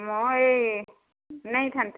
ମୁଁ ଏଇ ନେଇଥାନ୍ତି